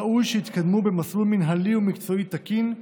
ראוי שיתקדמו במסלול מינהלי ומקצועי תקין,